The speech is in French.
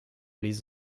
les